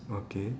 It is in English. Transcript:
okay